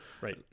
Right